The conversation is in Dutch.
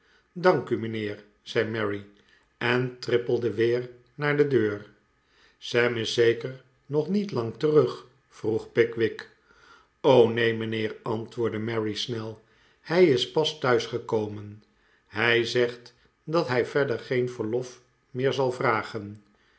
dank u mijnheer zei mary en trippelde weer naar de deur sam is zeker nog niet lang terug vroeg pickwick neen mijnheer antwoordde mary snel hij is pas thuisgekomen hij zegt dat hij verder geen verlof meer zal vragen